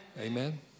amen